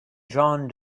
john